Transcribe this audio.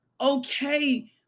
okay